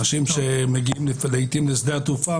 אנשים שמגיעים לעתים לשדה התעופה,